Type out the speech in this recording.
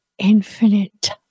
Infinite